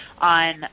on